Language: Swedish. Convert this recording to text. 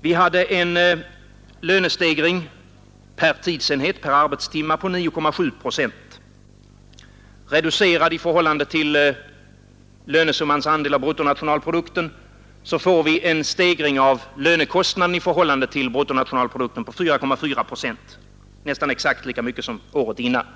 Vi hade en lönestegring per arbetstimme på 9,7 procent. Efter reduktion i förhållande till lönesummans andel av bruttonationalprodukten får vi en stegring av lönekostnaden på 4,4 procent — nästan exakt lika mycket som året före.